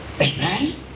Amen